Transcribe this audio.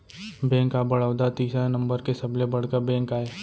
bank of Baroda तीसरा number के सबले बड़का बेंक आय